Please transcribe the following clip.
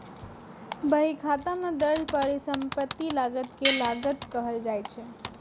बहीखाता मे दर्ज परिसंपत्ति लागत कें लागत कहल जाइ छै